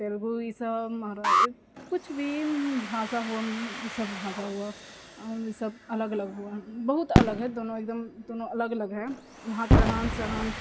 तेलुगु ई सब किछु भी भाषा हुअ ई सब भाषा हुअ सब अलग अलग हुअ बहुत अलग हइ दोनो एकदम दोनो अलग अलग हइ वहांँके रहन सहन